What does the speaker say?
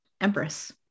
Empress